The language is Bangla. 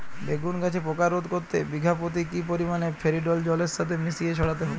বেগুন গাছে পোকা রোধ করতে বিঘা পতি কি পরিমাণে ফেরিডোল জলের সাথে মিশিয়ে ছড়াতে হবে?